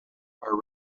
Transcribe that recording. are